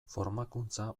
formakuntza